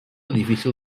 difícil